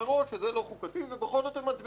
שזה לא חוקתי ובכל זאת הם מצביעם על זה.